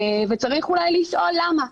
צריך לשאול למה.